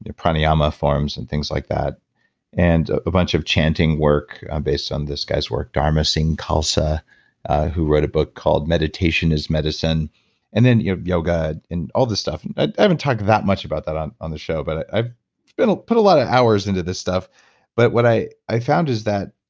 ah pranayama forms and things like that and a bunch of chanting work um based on this guy's work, dharma singh khalsa who wrote a book called meditation is medicine and then you know yoga and all this stuff. i haven't talked that much about that on on the show, but i've put a lot of hours into this stuff but what i i found is that